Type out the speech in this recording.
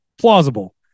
Plausible